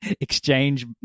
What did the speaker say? exchange